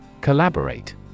Collaborate